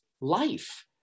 life